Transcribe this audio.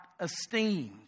esteemed